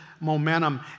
momentum